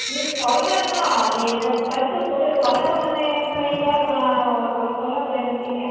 இரு சொல்கிறேன் இன்னும் நீ இதை ஃபஸ்ட்டு கொடு சொன்னதை முன்ன எடுத்து வைங்க அப்புறம் சொல்ல சொல்ல அப்புறம் எடுப்பீங்க